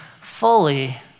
fully